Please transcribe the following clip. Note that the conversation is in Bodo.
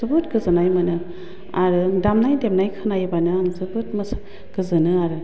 जोबोद गोजोन्नाय मोनो आरो दामनाय देनाय खोनायोबानो आं जोबोद गोजोनो आरो